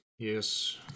Yes